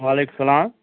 وعلیکُم سلام